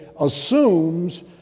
assumes